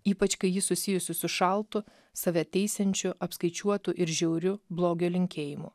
ypač kai ji susijusi su šaltu save teisiančiu apskaičiuotu ir žiauriu blogio linkėjimų